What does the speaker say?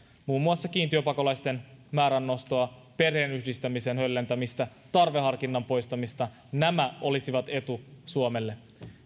muun muassa kiintiöpakolaisten määrän nostoa perheenyhdistämisen höllentämistä tarveharkinnan poistamista nämä olisivat etu suomelle